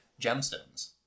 gemstones